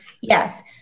yes